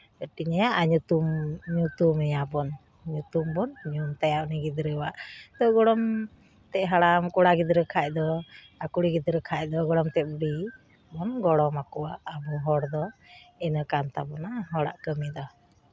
ᱦᱟᱹᱴᱤᱧ ᱟᱭᱟ ᱟᱨ ᱧᱩᱛᱩᱢ ᱧᱩᱛᱩᱢ ᱮᱭᱟ ᱵᱚᱱ ᱧᱩᱛᱩᱢ ᱵᱚᱱ ᱧᱩᱢ ᱛᱟᱭᱟ ᱩᱱᱤ ᱜᱤᱫᱽᱨᱟᱹ ᱟᱜ ᱛᱚ ᱜᱚᱲᱚᱢ ᱛᱮᱜ ᱦᱟᱲᱟᱢ ᱠᱚᱲᱟ ᱜᱤᱫᱽᱨᱟᱹ ᱠᱷᱟᱡ ᱫᱚ ᱟᱨ ᱠᱩᱲᱤ ᱜᱤᱫᱽᱨᱟᱹ ᱠᱷᱟᱡ ᱫᱚ ᱜᱚᱲᱚᱢ ᱛᱮᱜ ᱵᱩᱰᱷᱤ ᱵᱚᱱ ᱜᱚᱲᱚᱢ ᱟᱠᱚᱣᱟ ᱟᱵᱚ ᱦᱚᱲ ᱫᱚ ᱤᱱᱟᱹ ᱠᱟᱱ ᱛᱟᱵᱚᱱᱟ ᱦᱚᱲᱟᱜ ᱠᱟᱹᱢᱤ ᱫᱚ